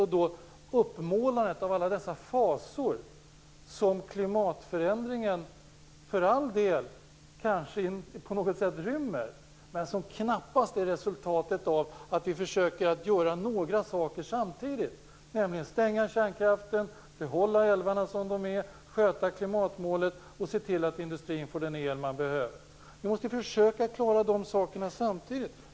Man målar upp alla dessa fasor som klimatförändringen för all del kanske rymmer, men som knappast är resultatet av att vi försöker göra några saker samtidigt: stänga kärnkraften, behålla älvarna som de är, arbeta för klimatmålet och se till att industrin får den el den behöver. Vi måste ju försöka klara de sakerna samtidigt.